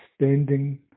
standing